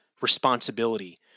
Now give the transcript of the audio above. responsibility